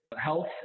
health